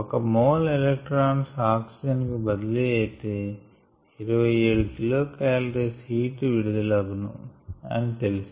ఒక mole electrons oxygen కు బదిలీ అయితే 27 కిలో కాలరీస్ హీట్ విడుదల అగును అని తెలుసు